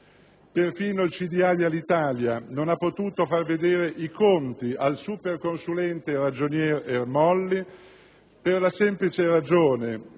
di Alitalia non ha potuto far vedere i conti al superconsulente ragionier Ermolli per la semplice ragione